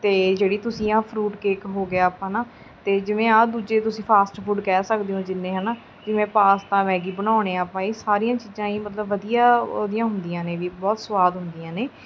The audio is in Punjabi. ਅਤੇ ਜਿਹੜੀ ਤੁਸੀਂ ਆ ਫਰੂਟ ਕੇਕ ਹੋ ਗਿਆ ਆਪਾਂ ਨਾ ਅਤੇ ਜਿਵੇਂ ਆਹ ਦੂਜੇ ਤੁਸੀਂ ਫਾਸਟ ਫੂਡ ਕਹਿ ਸਕਦੇ ਹੋ ਜਿੰਨੇ ਹੈ ਨਾ ਜਿਵੇਂ ਪਾਸਤਾ ਮੈਗੀ ਬਣਾਉਂਦੇ ਹਾਂ ਆਪਾਂ ਇਹ ਸਾਰੀਆਂ ਚੀਜ਼ਾਂ ਹੀ ਮਤਲਬ ਵਧੀਆ ਉਹਦੀਆਂ ਹੁੰਦੀਆਂ ਨੇ ਵੀ ਬਹੁਤ ਸਵਾਦ ਹੁੰਦੀਆਂ ਨੇ